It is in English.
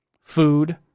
food